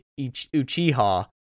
Uchiha